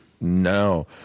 No